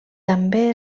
també